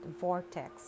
vortex